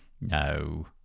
no